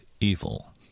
evil